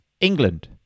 England